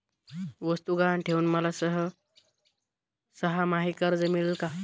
वस्तू गहाण ठेवून मला सहामाही कर्ज मिळेल का?